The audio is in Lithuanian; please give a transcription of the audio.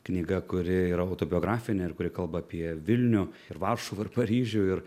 knyga kuri yra autobiografinė ir kuri kalba apie vilnių ir varšuvą ir paryžių ir